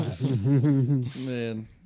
Man